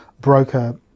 broker